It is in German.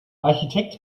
architekt